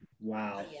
Wow